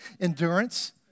Endurance